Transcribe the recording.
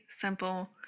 simple